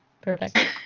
Perfect